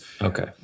Okay